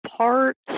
parts